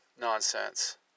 nonsense